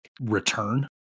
return